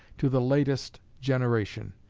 to the latest generation.